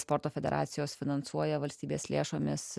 sporto federacijos finansuoja valstybės lėšomis